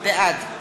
בעד